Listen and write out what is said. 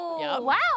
Wow